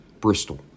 Bristol